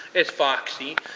it's foxy.